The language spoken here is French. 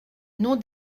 non